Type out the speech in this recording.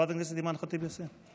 חברת הכנסת אימאן ח'טיב יאסין.